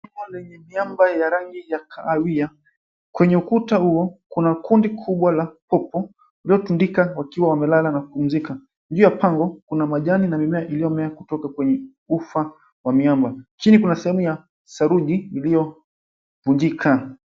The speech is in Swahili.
Jumba lenye miamba ya rangi ya kahawia kwenye ukuta huo kuna kundi kubwa la popo waliotundika wakiwa wamelala na kupumzika. Juu ya pango kuna majani na mimea iliyomea kutoka kwenye ufa wa miamba. Chini kuna sehemu ya saruji iliyovunjika.